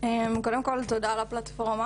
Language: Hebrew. קודם כל, תודה על הפלטפורמה.